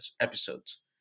episodes